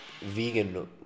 vegan